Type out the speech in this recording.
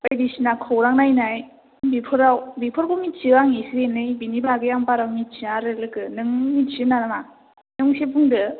बायदिसिना खौरां नायनाय बेफोराव बेफोरखौ मिथियो आं एसे एनै बेनि बागै आं बारा मिन्थिया आरो लोगो नों मिथियो नामा नों एसे बुंदो